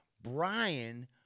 Brian